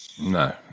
No